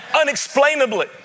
unexplainably